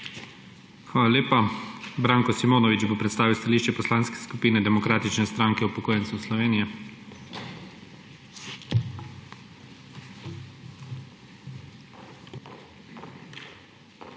Hvala lepa. Branko Simonovič bo predstavil stališče Poslanske skupine Demokratične stranke upokojencev Slovenije. **BRANKO